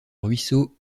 ruisseau